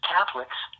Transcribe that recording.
Catholics